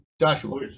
Joshua